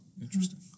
Interesting